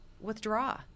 withdraw